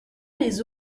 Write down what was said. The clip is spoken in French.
les